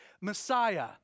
Messiah